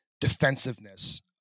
defensiveness